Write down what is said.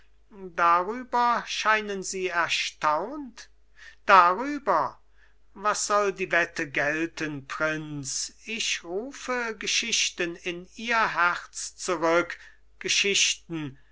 darüber scheinen sie erstaunt darüber was soll die wette gelten prinz ich rufe geschichten in ihr herz zurück geschichten